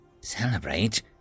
Celebrate